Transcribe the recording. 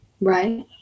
right